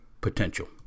potential